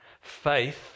Faith